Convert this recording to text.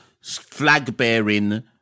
flag-bearing